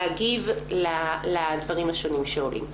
להגיב לדברים השונים שעולים.